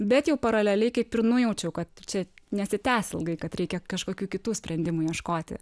bet jau paraleliai kaip ir nujaučiau kad čia nesitęs ilgai kad reikia kažkokių kitų sprendimų ieškoti